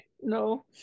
no